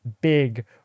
big